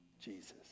jesus